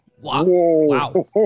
Wow